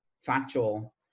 factual